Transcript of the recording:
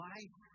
Life